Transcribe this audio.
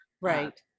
Right